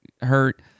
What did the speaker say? hurt